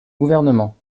gouvernement